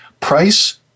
price